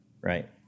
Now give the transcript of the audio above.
right